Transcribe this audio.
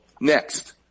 Next